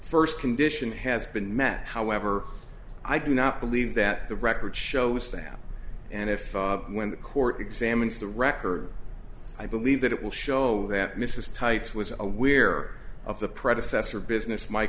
first condition has been met however i do not believe that the record shows that and if when the court examines the record i believe that it will show that mrs tights was aware of the predecessor business my